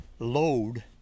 load